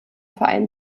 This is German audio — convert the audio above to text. verein